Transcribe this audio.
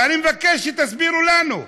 ואני מבקש שתסבירו לנו.